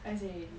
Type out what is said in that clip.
paiseh already